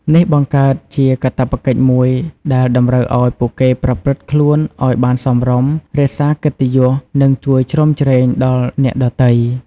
នេះបង្កើតជាកាតព្វកិច្ចមួយដែលតម្រូវឱ្យពួកគេប្រព្រឹត្តខ្លួនឱ្យបានសមរម្យ រក្សាកិត្តិយស និងជួយជ្រោមជ្រែងដល់អ្នកដទៃ។